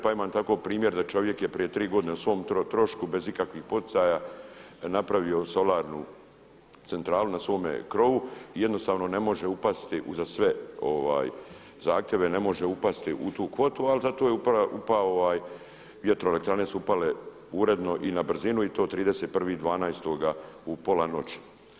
Pa imam tako primjer da čovjek je prije 3 godine o svom trošku bez ikakvih poticaja napravio solarnu centralu na svome krovu i jednostavno ne može upasti uza sve zahtjeve ne može upasti u tu kvotu ali zato je upao, vjetroelektrane su upale uredno i na briznu i to 31. 12. u pola noći.